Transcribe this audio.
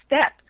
step